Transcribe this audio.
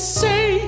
say